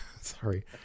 Sorry